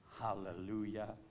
Hallelujah